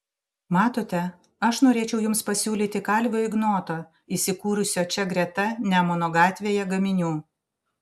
matote aš norėčiau jums pasiūlyti kalvio ignoto įsikūrusio čia greta nemuno gatvėje gaminių